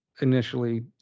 initially